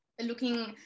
looking